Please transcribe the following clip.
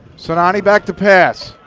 sinani back to pass.